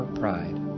pride